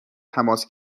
تماس